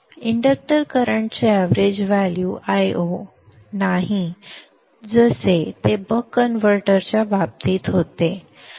inductor करंटचे average value Io नाही जसे ते बक कन्व्हर्टरच्या बाबतीत होते